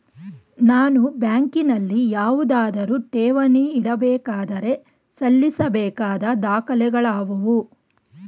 ನಾನು ಬ್ಯಾಂಕಿನಲ್ಲಿ ಯಾವುದಾದರು ಠೇವಣಿ ಇಡಬೇಕಾದರೆ ಸಲ್ಲಿಸಬೇಕಾದ ದಾಖಲೆಗಳಾವವು?